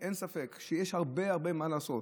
האלה, אין ספק שיש הרבה-הרבה מה לעשות.